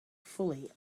fully